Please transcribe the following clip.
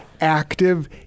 active